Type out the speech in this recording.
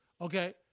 Okay